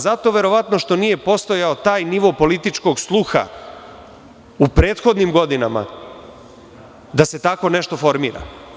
Zato verovatno što nije postojao taj nivo političkog sluha u prethodnim godinama da se tako nešto formira.